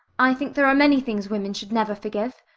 i think there are many things women should never forgive.